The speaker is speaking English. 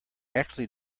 actually